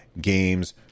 games